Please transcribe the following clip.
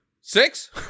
Six